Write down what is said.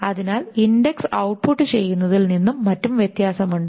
അതിനാൽ index output ചെയ്യുന്നതിൽ നിന്നും മറ്റും വ്യത്യാസമുണ്ട്